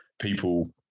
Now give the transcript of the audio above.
people